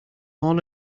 all